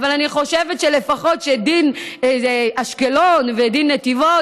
אבל אני חושבת שלפחות דין אשקלון ודין נתיבות